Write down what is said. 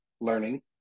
learning